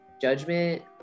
judgment